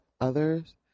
others